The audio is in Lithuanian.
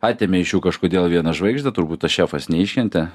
atėmė iš jų kažkodėl vieną žvaigždę turbūt tas šefas neiškentė